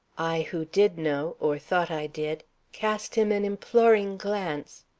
i who did know or thought i did cast him an imploring glance,